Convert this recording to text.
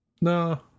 no